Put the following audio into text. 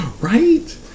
right